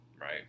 right